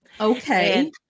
okay